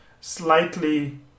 slightly